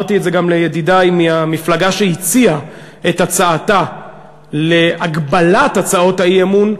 אמרתי את זה גם לידידי מהמפלגה שהציעה את הצעתה להגבלת הצעות האי-אמון,